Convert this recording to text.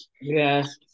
yes